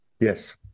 yes